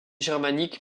germaniques